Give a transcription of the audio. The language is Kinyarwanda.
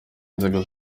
inzego